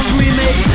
remix